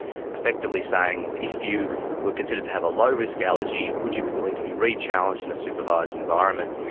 effectively saying if you were considered to have a low risk allergy would you be willing to be re-challenged in a supervised environment.